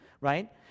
right